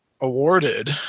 awarded